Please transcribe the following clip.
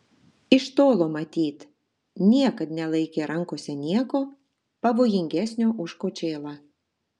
iš tolo matyt niekad nelaikė rankose nieko pavojingesnio už kočėlą